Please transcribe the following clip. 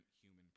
human